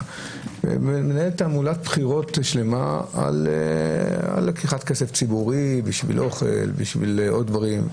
מנהלת תעמולת בחירות שלמה על לקיחת כסף ציבורי בשביל אוכל ועוד דברים,